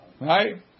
Right